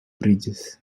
bridges